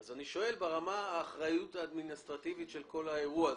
אני שואל ברמה של האחריות האדמיניסטרטיבית על כל האירוע הזה.